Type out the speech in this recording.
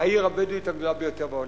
העיר הבדואית הגדולה ביותר בעולם.